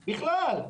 בכלל.